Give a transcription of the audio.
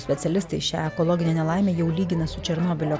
specialistai šią ekologinę nelaimę jau lygina su černobylio